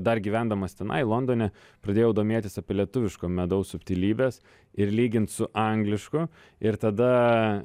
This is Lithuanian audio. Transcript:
dar gyvendamas tenai londone pradėjau domėtis apie lietuviško medaus subtilybes ir lygint su anglišku ir tada